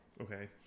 okay